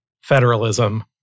federalism